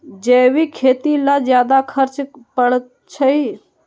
जैविक खेती ला ज्यादा खर्च पड़छई?